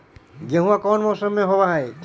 गेहूमा कौन मौसम में होब है?